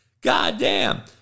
Goddamn